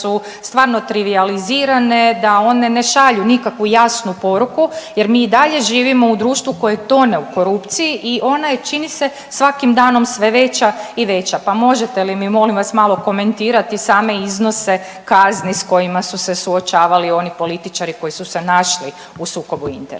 da u stvarno trivijalizirane, da one ne šalju nikakvu jasnu poruku jer mi dalje živimo u društvu koje tone u korupciji i ona je čini se svakim danom sve veća i veća. Pa možete li molim vas malo komentirati same iznose kazni s kojima su se suočavali oni političari koji su se naši u sukobu interesa.